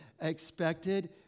expected